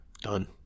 Done